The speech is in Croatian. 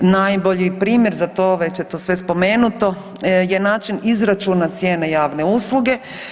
Najbolji primjer za to, već je to sve spomenuto, je način izračuna cijene javne usluge.